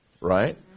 right